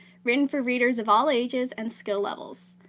written for readers of all ages and skill levels.